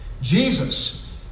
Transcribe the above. Jesus